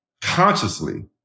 consciously